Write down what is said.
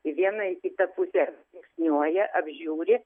į vieną į kitą pusę žingsniuoja apžiūri